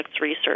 research